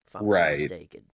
right